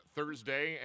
Thursday